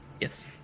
Yes